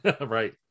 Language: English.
Right